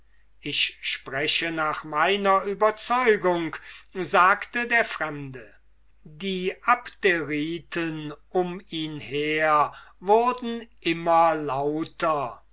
ich spreche nach meiner überzeugung sagte der fremde die abderiten um ihn her wurden immer lauter